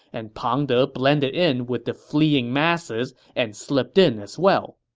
and pang de blended in with the fleeing masses and slipped in as well.